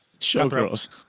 Showgirls